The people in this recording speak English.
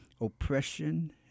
oppression